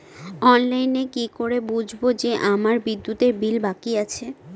অনলাইনে কি করে বুঝবো যে আমার বিদ্যুতের বিল বাকি আছে?